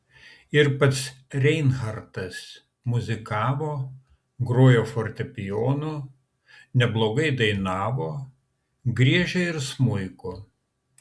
ir pats reinhartas muzikavo grojo fortepijonu neblogai dainavo griežė ir smuiku